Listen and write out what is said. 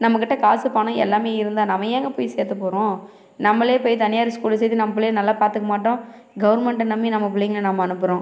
நம்மகிட்ட காசு பணம் எல்லாம் இருந்தால் நம்ம ஏங்க போய் சேர்க்கப் போறோம் நம்மளே போய் தனியார் ஸ்கூலில் சேர்த்து நம்ம புள்ளையை நல்லா பார்த்துக்க மாட்டோம் கவர்மெண்ட்டை நம்பி நம்ம பிள்ளைங்கள நம்ம அனுப்புறோம்